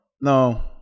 no